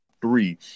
three